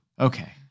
Okay